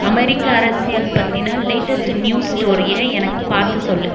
அமெரிக்க அரசியல் பற்றின latest news ஸ்டோரியை எனக்கு பார்த்து சொல்